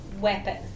Weapon